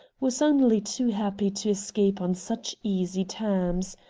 was only too happy to escape on such easy terms.